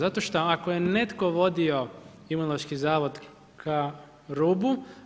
Zato što ako je netko vodio Imunološki zavod kao rubu.